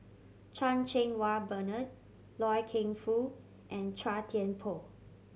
Chan Cheng Wah Bernard Loy Keng Foo and Chua Thian Poh